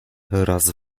raz